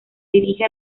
dirige